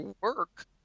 work